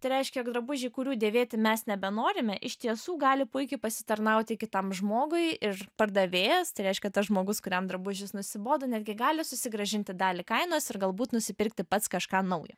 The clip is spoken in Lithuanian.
tai reiškia jog drabužiai kurių dėvėti mes nebenorime iš tiesų gali puikiai pasitarnauti kitam žmogui ir pardavėjas tai reiškia tas žmogus kuriam drabužis nusibodo netgi gali susigrąžinti dalį kainos ir galbūt nusipirkti pats kažką naujo